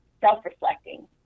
self-reflecting